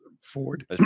Ford